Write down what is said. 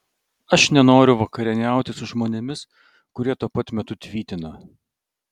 aš nenoriu vakarieniauti su žmonėmis kurie tuo pat metu tvytina